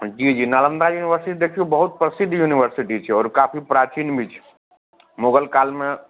जी जी नालन्दा यूनिवर्सिटी देखियौ बहुत प्रसिद्ध यूनिवर्सिटी छै आओर काफी प्राचीन भी छै मुगल कालमे